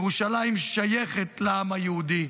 ירושלים שייכת לעם היהודי.